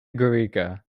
gorica